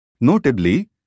Notably